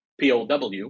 pow